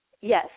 Yes